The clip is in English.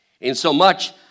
insomuch